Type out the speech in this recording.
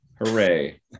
Hooray